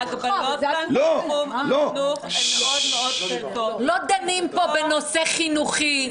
ההגבלות כאן בתחום החינוך הן מאוד --- לא דנים פה בנושא חינוכי.